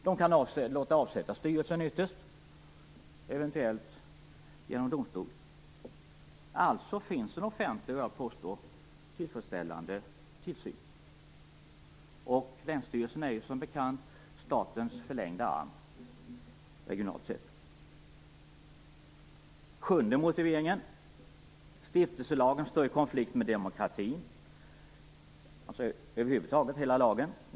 De kan ytterst låta avsätta styrelsen, eventuellt genom domstol. Alltså finns det, vill jag påstå, en offentlig tillfredsställande tillsyn. Länsstyrelserna är ju som bekant statens förlängda arm, regionalt sett. Sjunde motiveringen är att stiftelselagen - hela lagen - står i konflikt med demokratin.